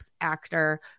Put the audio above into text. actor